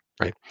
right